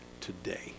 today